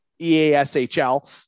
E-A-S-H-L